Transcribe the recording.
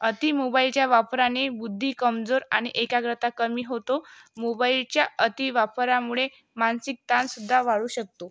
अती मोबाईलच्या वापराने बुद्धी कमजोर आणि एकाग्रता कमी होतो मोबाईलच्या अती वापरामुळे मानसिक ताणसुद्धा वाढू शकतो